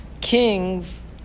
kings